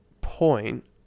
point